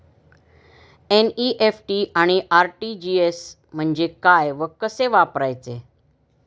NEFT आणि RTGS म्हणजे काय व कसे वापरायचे?